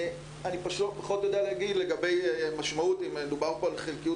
אני פחות יודע לומר אם מדובר פה בחלקיות